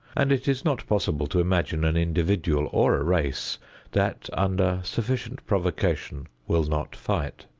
and it is not possible to imagine an individual or a race that under sufficient provocation will not fight.